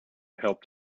helped